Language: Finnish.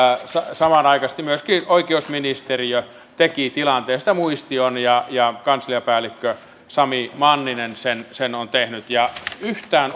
samanaikaisesti myöskin oikeusministeriö teki tilanteesta muistion kansliapäällikkö sami manninen sen sen on tehnyt yhtään